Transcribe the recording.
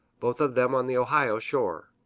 both of them on the ohio shore.